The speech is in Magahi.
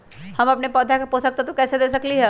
हम अपन पौधा के पोषक तत्व कैसे दे सकली ह?